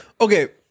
Okay